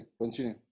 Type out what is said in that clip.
continue